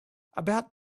about